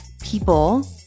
people